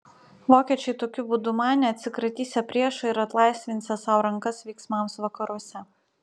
vokiečiai tokiu būdu manė atsikratysią priešo ir atlaisvinsią sau rankas veiksmams vakaruose